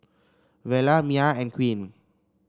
Vela Mya and Queen